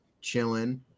chilling